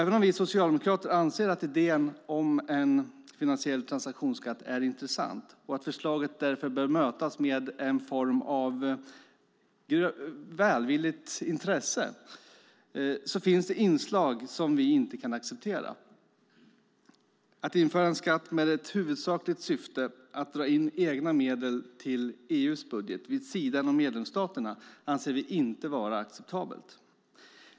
Även om vi socialdemokrater anser att idén om en finansiell transaktionsskatt är intressant och att förslaget därför bör mötas med en form av välvilligt intresse finns det inslag som vi inte kan acceptera. Att införa en skatt med det huvudsakliga syftet att dra in egna medel till EU:s budget vid sidan av medlemsstaterna anser vi inte vara acceptabelt.